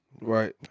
Right